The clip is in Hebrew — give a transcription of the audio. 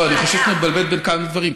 לא, אני חושב שאת מבלבלת בין כמה דברים.